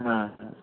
हाँ हाँ